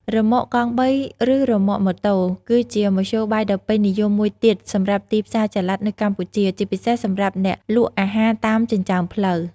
រ៉ឺម៉កកង់បី ឬ រ៉ឺម៉កម៉ូតូ គឺជាមធ្យោបាយដ៏ពេញនិយមមួយទៀតសម្រាប់ទីផ្សារចល័តនៅកម្ពុជា ជាពិសេសសម្រាប់អ្នកលក់អាហារតាមចិញ្ចើមផ្លូវ។